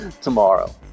tomorrow